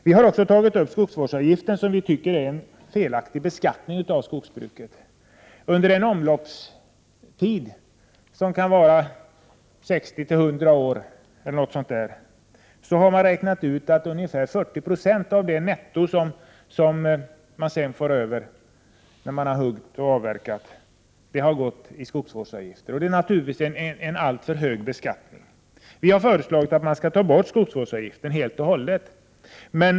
Vi har också tagit upp skogsvårdsavgiften, som vi tycker är en felaktig beskattning av skogsbruket. Man har räknat ut att ungefär 40 96 av det netto som man får över efter avverkning går till skogsvårdsavgifter, om man räknar med en omloppstid på 60-100 år. Det är naturligtvis en alltför hög beskattning. Vi har föreslagit att man skall ta bort skogsvårdsavgiften helt och hållet.